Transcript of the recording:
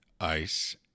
ice